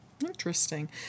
Interesting